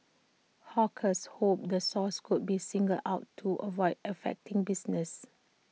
hawkers hoped the source could be singled out to avoid affecting business